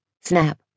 Snap